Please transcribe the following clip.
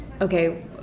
Okay